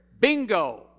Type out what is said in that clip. Bingo